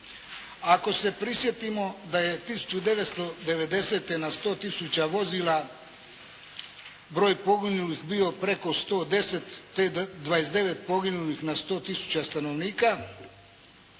Ako se prisjetimo da je 1990. na 100 tisuća vozila broj poginulih bio preko 110, te 29 poginulih na 100000 stanovnika